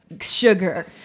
sugar